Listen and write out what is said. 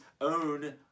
own